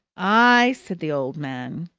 aye! said the old man,